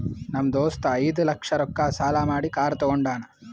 ನಮ್ ದೋಸ್ತ ಐಯ್ದ ಲಕ್ಷ ರೊಕ್ಕಾ ಸಾಲಾ ಮಾಡಿ ಕಾರ್ ತಗೊಂಡಾನ್